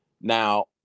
now